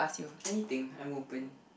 anything I'm open